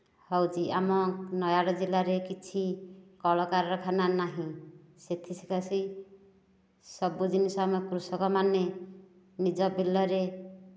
ହେଉଛି ଆମ ନୟାଗଡ଼ ଜିଲ୍ଲାରେ କିଛି କଳକାରଖାନା ନାହିଁ ସେଥି ସକାଶେ ସବୁ ଜିନିଷ ଆମେ କୃଷକ ମାନେ ନିଜ ବିଲରେ